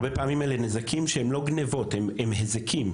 הרבה פעמים אלה נזקים שהם לא גניבות, הם היזקים.